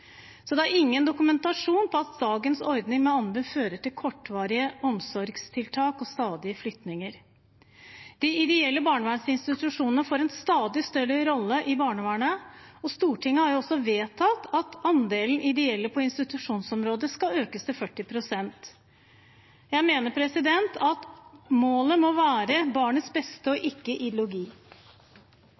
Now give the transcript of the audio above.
Så det er ingen dokumentasjon på at dagens ordning med anbud fører til kortvarige omsorgstiltak og stadige flyttinger. De ideelle barnevernsinstitusjonene får en stadig større rolle i barnevernet, og Stortinget har vedtatt at andelen ideelle på institusjonsområdet skal økes til 40 pst. Jeg mener at målet må være barnets beste og ikke